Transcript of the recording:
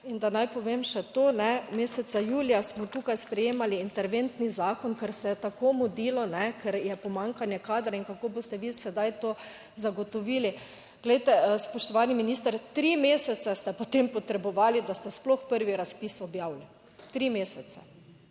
In da naj povem še to, meseca julija smo tukaj sprejemali interventni zakon, ker se je tako mudilo, ker je pomanjkanje kadra in kako boste vi sedaj to zagotovili. Glejte spoštovani minister, tri mesece ste potem potrebovali, da ste sploh prvi razpis objavili, tri mesece.